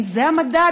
האם זה המדד